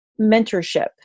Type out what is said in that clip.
mentorship